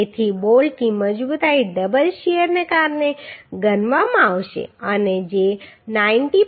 તેથી બોલ્ટની મજબૂતાઈ ડબલ શીયરને કારણે ગણવામાં આવશે અને જે 90